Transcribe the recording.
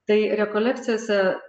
tai rekolekcijose